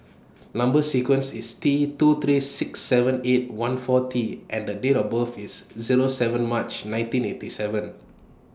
Number sequence IS T two three six seven eight one four T and Date of birth IS Zero seven March nineteen eighty seven